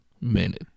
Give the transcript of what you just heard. minute